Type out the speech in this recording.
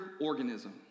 organism